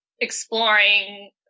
exploring